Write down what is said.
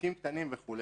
עסקים קטנים וכו',